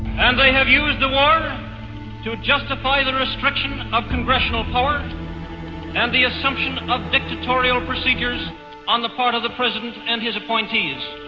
and they have used the war to justify the the of congressional power and the assumption of dictatorial procedures on the part of the president and his appointees.